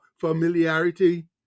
familiarity